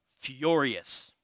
furious